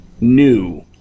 new